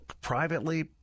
privately